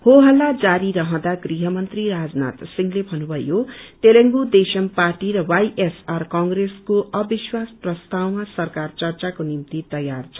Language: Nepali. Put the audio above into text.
हो हर्ला जारी राँदा गृहमंत्री राजनाय सिंहले भन्नुभयो तेलगुदेशम पार्टी र वाईएसआर कंप्रेसको अविश्वास प्रस्तावमा सरक्वर चर्चाको निभ्सि तयार छ